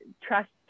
trust